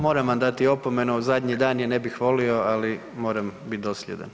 Moram vam dati opomenu zadnji dan ne bih volio, ali moram biti dosljedan.